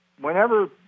whenever